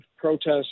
protests